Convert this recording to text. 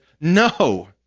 no